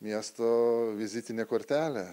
miesto vizitinė kortelė